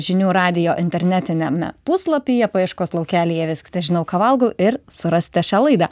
žinių radijo internetiniame puslapyje paieškos laukelyje įveskite žinau ką valgau ir surasite šią laidą